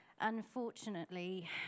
Unfortunately